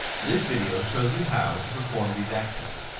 this video shows you how to perform these actions.